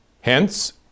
Hence